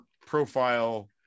profile